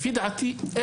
לדעתי אין הצדקה.